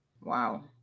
Wow